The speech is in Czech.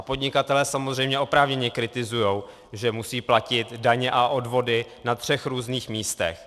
Podnikatelé samozřejmě oprávněně kritizují, že musí platit daně a odvody na třech různých místech.